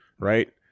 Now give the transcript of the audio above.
Right